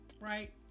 right